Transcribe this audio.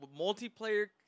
multiplayer